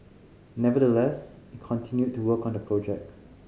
nevertheless it continued to work on the project